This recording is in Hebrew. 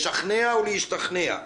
לשכנע ולהשתכנע.